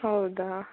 ಹೌದಾ